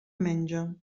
menja